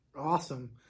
Awesome